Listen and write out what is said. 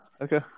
Okay